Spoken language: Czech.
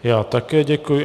Já také děkuji.